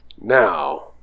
Now